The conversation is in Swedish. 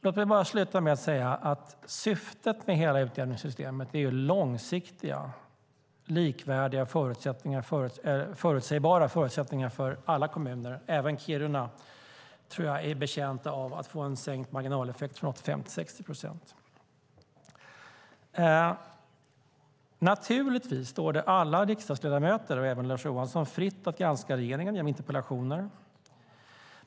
Låt mig avsluta med att säga att syftet med hela utjämningssystemet är långsiktiga, likvärdiga och förutsägbara förutsättningar för alla kommuner. Jag tror även Kiruna är betjänt av att få en sänkt marginaleffekt från 85 till 60 procent. Naturligtvis står det alla riksdagsledamöter och även Lars Johansson fritt att granska regeringen genom interpellationer.